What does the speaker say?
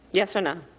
yes or no,